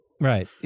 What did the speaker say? right